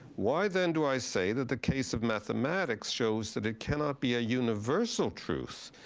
why then do i say that the case of mathematics shows that it cannot be a universal truth,